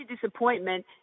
disappointment